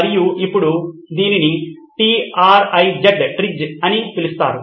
మరియు దీనిని ఇప్పుడు TRIZ T R I Z అని పిలుస్తారు